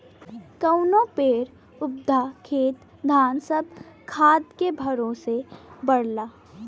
कउनो पेड़ पउधा खेत धान सब खादे के भरोसे बढ़ला